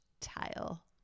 tile